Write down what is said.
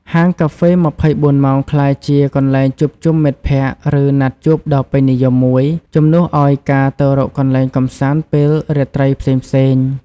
ហាងកាហ្វេ ២៤ ម៉ោងក្លាយជា កន្លែងជួបជុំមិត្តភ័ក្តិ ឬណាត់ជួបដ៏ពេញនិយមមួយ ជំនួសឲ្យការទៅរកកន្លែងកម្សាន្តពេលរាត្រីផ្សេងៗ។